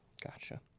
Gotcha